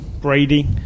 Brady